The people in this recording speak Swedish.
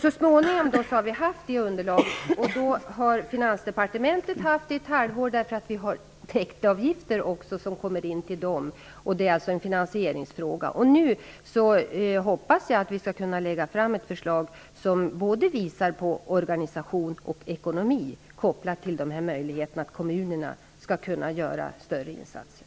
Så småningom har vi fått det underlaget. Finansdepartementet har haft materialet i ett halvår på grund av de täktavgifter som går in dit. Det är alltså en finansieringsfråga. Nu hoppas jag att vi skall kunna lägga fram ett förslag som berör både organisation och ekonomi och som är kopplat till möjligheter för kommunerna att göra större insatser.